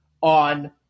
on